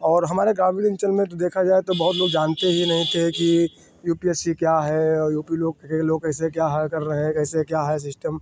और हमारे ग्रामीण अन्चल में तो देखा जाए तो बहुत लोग जानते ही नहीं थे कि यू पी एस सी क्या है और यू पी लोग यह लोग कैसे क्या है कर रहे हैं कैसे क्या है सिस्टम